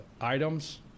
items